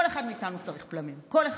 כל אחד מאיתנו צריך בלמים, כל אחד.